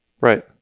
Right